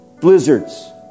blizzards